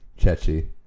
Chechi